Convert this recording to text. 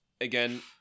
again